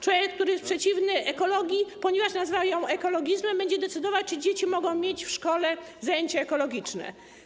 Człowiek, który jest przeciwny ekologii, ponieważ nazwali ją ekologizmem, będzie decydować, czy dzieci mogą mieć w szkole zajęcia ekologiczne.